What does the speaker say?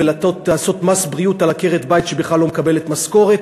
ולעשות מס בריאות על עקרת-בית שבכלל לא מקבלת משכורת,